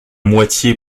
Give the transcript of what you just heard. moitié